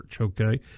okay